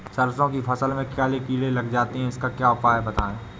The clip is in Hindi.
सरसो की फसल में काले काले कीड़े लग जाते इसका उपाय बताएं?